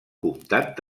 comtat